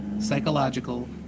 psychological